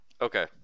okay